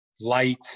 light